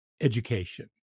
education